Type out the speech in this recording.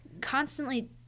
constantly